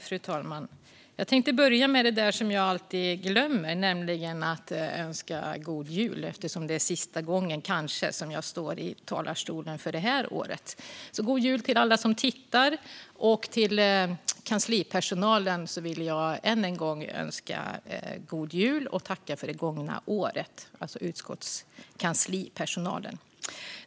Fru talman! Jag tänkte börja med det där som jag alltid glömmer, nämligen att önska god jul, eftersom detta kanske är sista gången jag står i talarstolen för det här året. God jul, alla som tittar! Utskottets kanslipersonal vill jag också önska god jul och tacka för det gångna året.